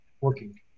working